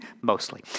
Mostly